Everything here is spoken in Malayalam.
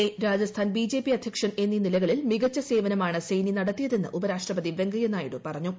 എ രാജസ്ഥാൻ ബിജെപി അദ്ധ്യക്ഷൻ എന്നീ നിലക്കളിൽ മികച്ച സേവനമാണ് സെയ്നി നടത്തിയതെന്ന് ഉപരാഷ്ട്രപ്പതി വെങ്കയ്യനായിഡു പറഞ്ഞു